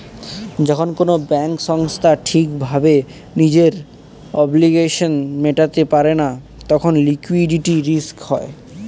যখন কোনো ব্যাঙ্ক সংস্থা ঠিক ভাবে নিজের অব্লিগেশনস মেটাতে পারে না তখন লিকুইডিটি রিস্ক হয়